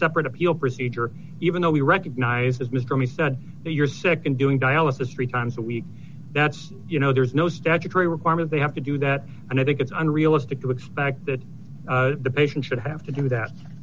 separate appeal procedure even though we recognized as mr me said that you're sick and doing dialysis three times a week that's you know there's no statutory requirement they have to do that and i think it's unrealistic to expect that the patient should have to do that